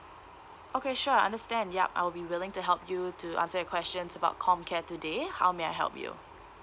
okay sure understand yup I'll be willing to help you to answer your questions about comcare today how may I help you